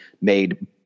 made